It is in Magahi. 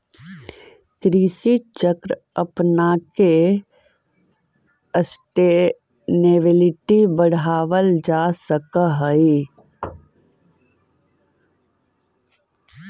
कृषि चक्र अपनाके सस्टेनेबिलिटी बढ़ावल जा सकऽ हइ